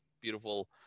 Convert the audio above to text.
beautiful